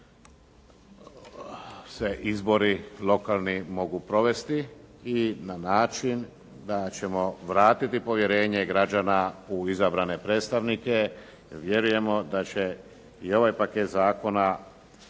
se izbori lokalni mogu provesti i na način da ćemo vratiti povjerenje građana u izabrane predstavnike. Vjerujemo da će i ovaj paket zakona